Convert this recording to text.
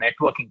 networking